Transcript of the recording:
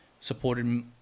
supported